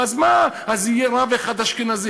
אז מה, אז יהיה רב אחד אשכנזי.